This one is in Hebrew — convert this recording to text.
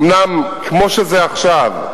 אומנם, כמו שזה עכשיו,